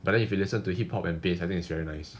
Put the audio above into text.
but then if you listen to hip hop and bass I think it's very nice